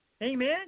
Amen